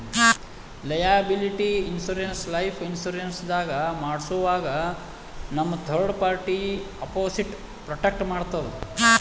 liability insurance life insurance ದಾಗ್ ಮಾಡ್ಸೋವಾಗ್ ನಮ್ಗ್ ಥರ್ಡ್ ಪಾರ್ಟಿ ಅಪೊಸಿಟ್ ಪ್ರೊಟೆಕ್ಟ್ ಮಾಡ್ತದ್